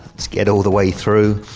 let's get all the way through,